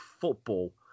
football